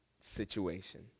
situation